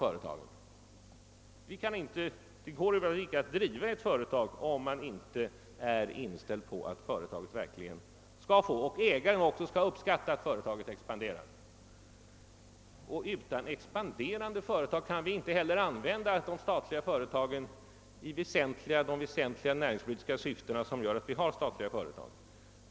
Det går inte att driva ett företag om ägaren inte är inställd på att det skall expandera. Om inte de statliga företagen får expandera kan de inte användas för de väsentliga näringspolitiska syften för vilka de har bildats.